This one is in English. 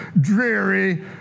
dreary